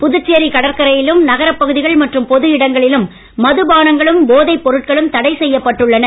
புதுச்சேரி கடற்கரையிலும் நகரப் பகுதிகள் மற்றும் பொது இடங்களிலும் மதுபானங்களும் போதைப் பொருட்களும் தடை செய்யப்பட்டுள்ளன